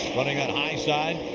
running ah the high side.